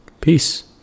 Peace